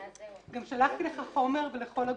גם שלחתי לך חומר ולכל הגורמים.